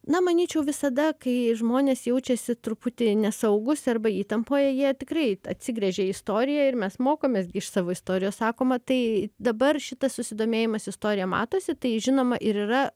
na manyčiau visada kai žmonės jaučiasi truputį nesaugūs arba įtampoje jie tikrai atsigręžia į istoriją ir mes mokomės iš savo istorijos sakoma tai dabar šitas susidomėjimas istorija matosi tai žinoma ir yra